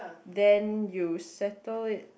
then you settle it